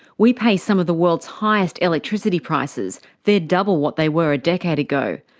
we pay some of the world's highest electricity prices, they're double what they were a decade ago.